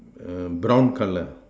err brown colour